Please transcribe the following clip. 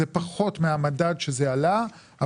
זה פחות מהמדד שעלה.